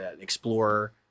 Explorer